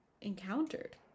encountered